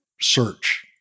search